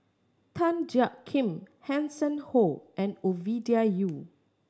Tan Jiak Kim Hanson Ho and Ovidia Yu